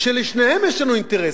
שלשניהם יש לנו אינטרס.